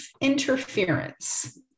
interference